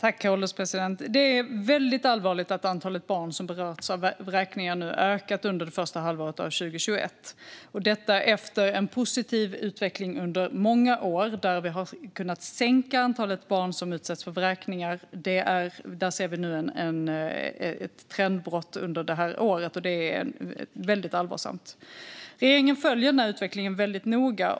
Herr ålderspresident! Det är väldigt allvarligt att antalet barn som berörs av vräkningar har ökat under det första halvåret av 2021, detta efter en positiv utveckling under många år där vi har kunnat minska antalet barn som utsätts för vräkningar. Vi ser ett trendbrott under det här året, och det är väldigt allvarligt. Regeringen följer den här utvecklingen väldigt noga.